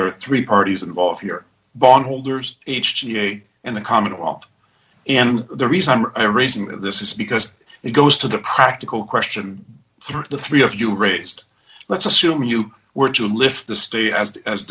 there are three parties involved here bondholders h g a and the commonwealth and the reason i am raising this is because it goes to the practical question through the three of you raised let's assume you were to lift the stay as